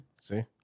See